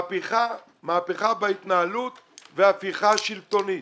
מהפכה בהתנהלות והפיכה שלטונית.